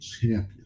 champion